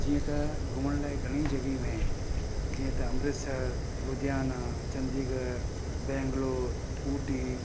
जीअं त घुमण लाइ घणियूं जॻहियूं आहिनि जीअं त अमृतसर लुधियाना चंडीगढ़ बैंगलोर ऊटी